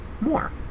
more